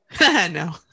No